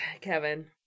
Kevin